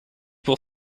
pour